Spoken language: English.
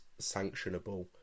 sanctionable